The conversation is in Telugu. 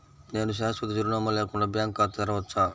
నేను శాశ్వత చిరునామా లేకుండా బ్యాంక్ ఖాతా తెరవచ్చా?